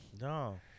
No